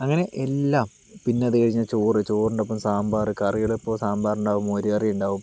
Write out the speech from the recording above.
അങ്ങനെ എല്ലാം പിന്നെ അതുകഴിഞ്ഞാൽ ചോറ് ചോറിന്റെ ഒപ്പം സാമ്പാറ് കറികൾ ഇപ്പോൾ സാമ്പാർ ഉണ്ടാകും മോരുകറി ഉണ്ടാകും